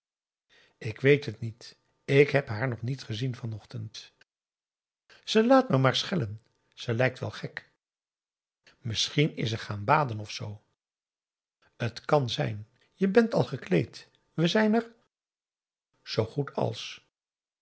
ik weet het niet ik heb haar nog niet gezien van ochtend ze laat me maar schellen ze lijkt wel gek misschien is ze gaan baden of zoo t kan zijn je bent al gekleed we zijn er zoo goed als